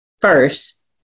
first